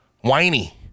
whiny